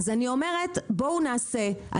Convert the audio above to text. אז אני אומרת בואו נעשה,